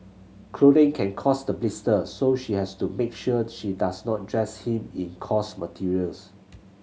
clothing can cause the blisters so she has to make sure she does not dress him in coarse materials